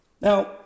Now